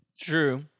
True